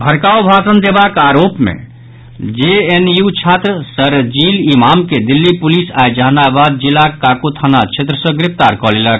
भड़काऊ भाषण देबाक आरोप मे जेएनयू छात्र शरजील इमाम के दिल्ली पुलिस आई जहानाबाद जिलाक काको थाना क्षेत्र सँ गिरफ्तार कऽ लेलक